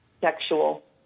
sexual